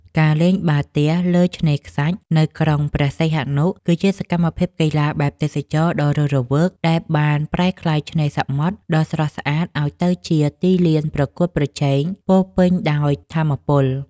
ការលេងបាល់ទះលើឆ្នេរខ្សាច់នៅក្រុងព្រះសីហនុ គឺជាសកម្មភាពកីឡាបែបទេសចរណ៍ដ៏រស់រវើក ដែលបានប្រែក្លាយឆ្នេរសមុទ្រដ៏ស្រស់ស្អាតឱ្យទៅជាទីលានប្រកួតប្រជែងពោរពេញដោយថាមពល។